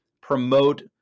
promote